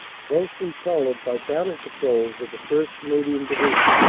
closely followed by battle patrols of the first. canadian division.